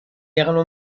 erano